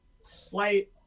slight